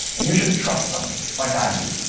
and you should trust them like i do.